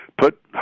Put